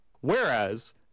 Whereas